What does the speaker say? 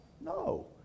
No